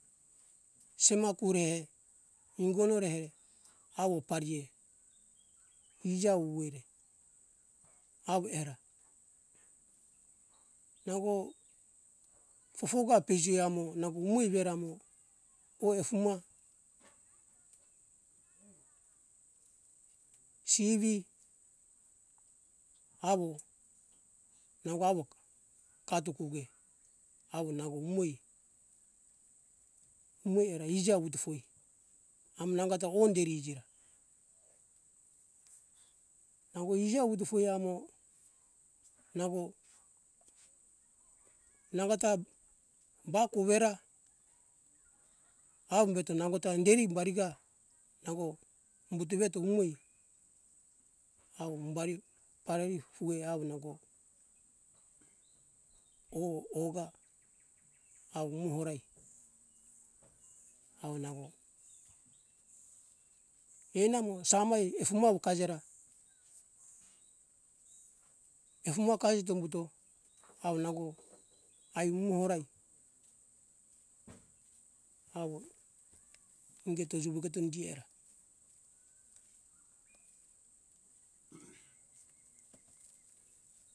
Semagu re, ingono re avo parie, iji avo vuvu oi re, avo eora, nango fofogo avo peji oi re nango umoi veore mo, o efuma, sivi, avo nango avo kajeto koue awo nango umoi veora iji avo vuto foi re, amo nango ta o hinderi iji ra nango iji avo vuto foi nango, nangota ba kovera avo eto nangota hinderim bari nango buto veto umoi o pareo ra ami ka hindi eora, eni amo samai o efuma avo kejeo ra kajeto umo horai ingeto, juvuketo hindi eora.